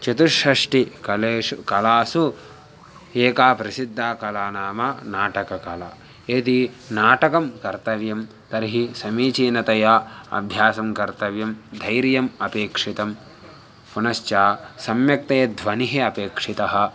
चतुष्षष्टिकलासु कलासु एका प्रसिद्दा कला नाम नाटककला यदि नाटकं कर्तव्यं तर्हि समीचीनतया अभ्यासं कर्तव्यं धैर्यम् अपेक्षितं पुनश्च सम्यक्तया ध्वनिः अपेक्षितः